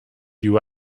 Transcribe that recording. you